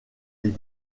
des